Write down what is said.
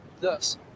thus